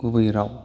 गुबै राव